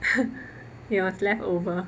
it was leftover